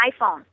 iPhone